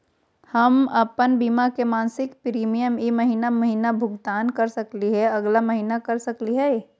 हम अप्पन बीमा के मासिक प्रीमियम ई महीना महिना भुगतान कर सकली हे, अगला महीना कर सकली हई?